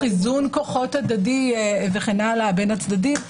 איזון כוחות הדדי וכן הלאה בין הצדדים,